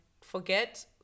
forget